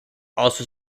also